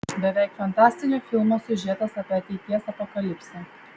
beveik fantastinio filmo siužetas apie ateities apokalipsę